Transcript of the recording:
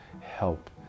help